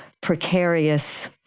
precarious